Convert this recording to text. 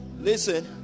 listen